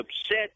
upset